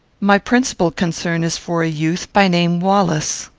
my principal concern is for a youth, by name wallace.